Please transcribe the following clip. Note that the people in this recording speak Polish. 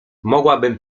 mogłabym